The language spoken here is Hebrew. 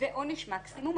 ועונש מקסימום.